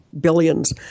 billions